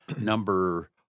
number